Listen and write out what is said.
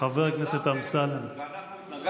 היה מבצע צבאי שאתם יזמתם ואנחנו התנגדנו?